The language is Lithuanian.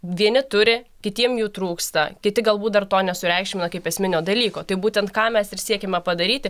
vieni turi kitiem jų trūksta kiti galbūt dar to nesureikšmina kaip esminio dalyko tai būtent ką mes ir siekiame padaryti